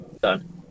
done